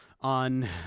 on